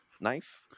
knife